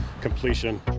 completion